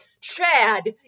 Chad